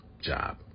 job